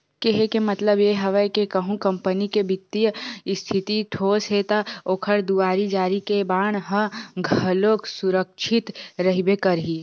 केहे के मतलब ये हवय के कहूँ कंपनी के बित्तीय इस्थिति ठोस हे ता ओखर दुवारी जारी के बांड ह घलोक सुरक्छित रहिबे करही